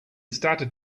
started